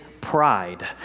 pride